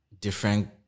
different